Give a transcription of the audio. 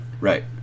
right